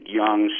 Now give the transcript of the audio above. young